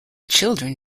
children